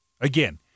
Again